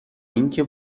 اینکه